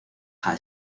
high